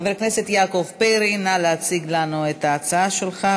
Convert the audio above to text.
חבר הכנסת יעקב פרי, נא להציג לנו את ההצעה שלך,